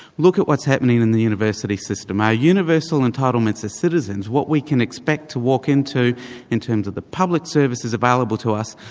look at what's happening in the university system. our universal entitlements as citizens, what we can expect to walk into in terms of the public services available to us,